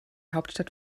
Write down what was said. hauptstadt